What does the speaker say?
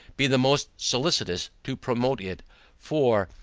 be the most solicitous to promote it for,